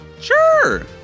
Sure